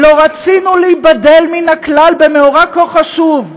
"לא רצינו להיבדל מן הכלל במאורע כה חשוב,